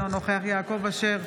אינו נוכח יעקב אשר,